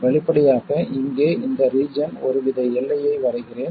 வெளிப்படையாக இங்கே இந்த ரீஜன் ஒருவித எல்லையை வரைகிறேன்